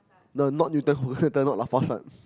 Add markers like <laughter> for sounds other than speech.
no not Newton <breath> not Lau-Pa-Sat